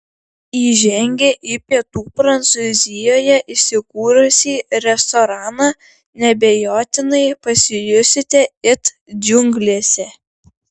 įžengę į pietų prancūzijoje įsikūrusį restoraną neabejotinai pasijusite it džiunglėse